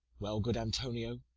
well, good antonio,